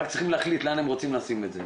הם רק צריכים להחליט לאן הם רוצים לשים את זה.